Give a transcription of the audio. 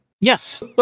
Yes